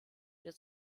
der